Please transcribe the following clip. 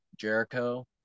Jericho